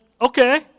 okay